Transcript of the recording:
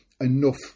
Enough